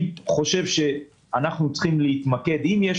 אנחנו צריכים להתמקד, אם יש